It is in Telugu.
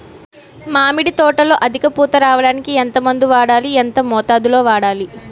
మామిడి తోటలో అధిక పూత రావడానికి ఎంత మందు వాడాలి? ఎంత మోతాదు లో వాడాలి?